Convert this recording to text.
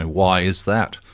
why is that?